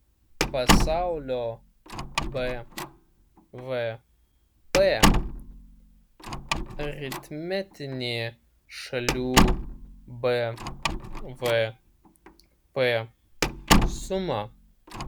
pasaulio bvp aritmetinė šalių bvp suma